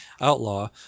Outlaw